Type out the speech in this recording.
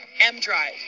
M-Drive